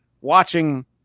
watching